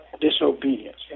disobedience